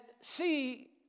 see